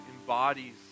embodies